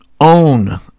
own